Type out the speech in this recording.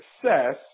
Success